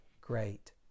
great